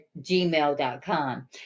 gmail.com